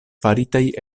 faritaj